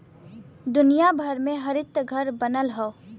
दुनिया भर में हरितघर बनल हौ